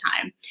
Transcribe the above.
time